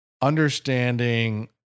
understanding